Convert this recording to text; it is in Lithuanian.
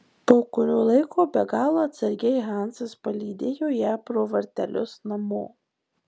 po kurio laiko be galo atsargiai hansas palydėjo ją pro vartelius namo